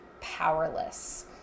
powerless